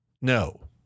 no